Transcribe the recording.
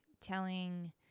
telling